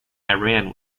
iran